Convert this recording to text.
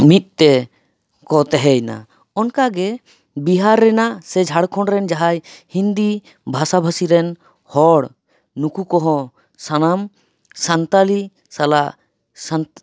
ᱢᱤᱫᱛᱮ ᱠᱚ ᱛᱟᱦᱮᱸᱭᱮᱱᱟ ᱚᱱᱠᱟ ᱜᱮ ᱵᱤᱦᱟᱨ ᱨᱮᱱᱟᱜ ᱥᱮ ᱡᱷᱟᱲᱠᱷᱚᱸᱰ ᱨᱮᱱ ᱡᱟᱦᱟᱸᱭ ᱦᱤᱱᱫᱤ ᱵᱷᱟᱥᱟ ᱵᱷᱟᱹᱥᱤ ᱨᱮᱱ ᱦᱚᱲ ᱱᱩᱠᱩ ᱠᱚᱦᱚᱸ ᱥᱟᱱᱟᱢ ᱥᱟᱱᱴᱟᱞᱤ ᱥᱟᱞᱟᱜ ᱥᱟᱱ